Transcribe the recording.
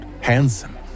handsome